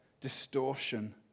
distortion